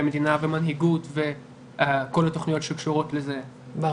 המדינה ומנהיגות וכל התוכניות שקשורות לזה כי